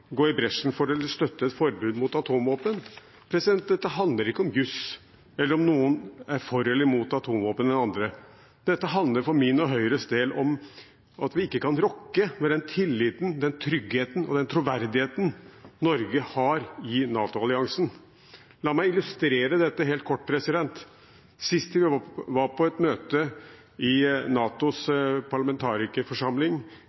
gå i bresjen for å støtte et forbud mot atomvåpen. Dette handler ikke om jus, eller om noen er mer for eller imot atomvåpen enn andre. Dette handler for min og Høyres del om at vi ikke kan rokke ved den tilliten, den tryggheten og den troverdigheten Norge har i NATO-alliansen. La meg illustrere dette helt kort: Sist vi var på et møte i NATOs parlamentarikerforsamling